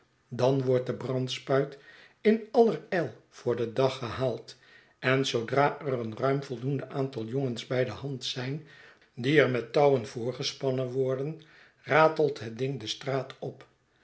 dan wordt de brandspuit in allerijl voor den dag gehaald en zoodra er een ruim voldoend aantal jongens bij de hand zijn die er met touwen voorgespannen worden ratelt het ding de straat op